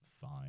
fine